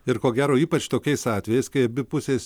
ir ko gero ypač tokiais atvejais kai abi pusės